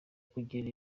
kugera